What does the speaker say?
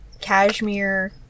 cashmere